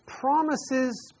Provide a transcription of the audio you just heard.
promises